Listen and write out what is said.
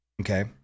okay